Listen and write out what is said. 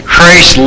Christ